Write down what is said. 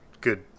good